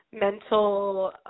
mental